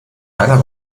keiner